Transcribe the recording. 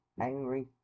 angry